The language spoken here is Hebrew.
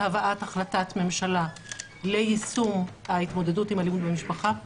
לקחנו אחריות על הבאת החלטת ממשלה ליישום ההתמודדות עם אלימות במשפחה.